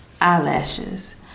Eyelashes